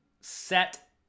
set